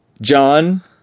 John